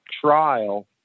trial